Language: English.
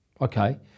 Okay